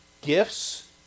gifts